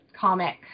comic